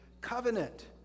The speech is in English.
covenant